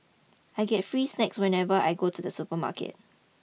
I get free snacks whenever I go to the supermarket